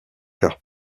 quarts